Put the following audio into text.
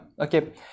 okay